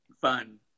fun